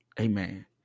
Amen